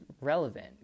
relevant